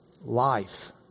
life